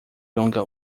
longa